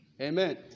Amen